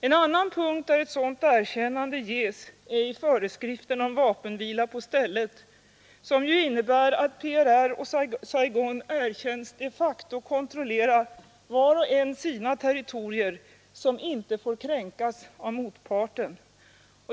En annan punkt där ett sådant erkännande ges är i föreskriften om vapenvila på stället, som ju innebär att PRR och Saigon erkänns de facto kontrollera var och en sina territorier, som inte får kränkas av motparten.